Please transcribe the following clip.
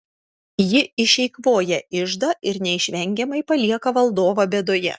ji išeikvoja iždą ir neišvengiamai palieka valdovą bėdoje